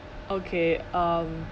okay um